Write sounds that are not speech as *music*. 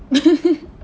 *laughs*